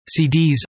CDs